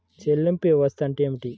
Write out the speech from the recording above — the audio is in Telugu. చెల్లింపు వ్యవస్థ అంటే ఏమిటి?